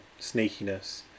sneakiness